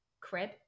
crib